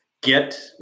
Get